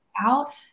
out